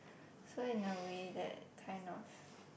so in a way that kind of